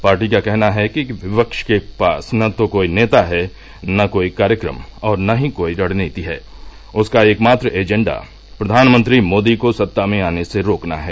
party का कहना है कि विपक्ष के पास न तो कोई नेता है न कोई कार्यक्रम और न ही कोई रणनीति है उसका एक मात्र एजेंडा प्रधानमंत्री मोदी को सत्ता में आने से रोकना है